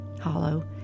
hollow